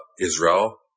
Israel